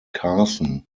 carson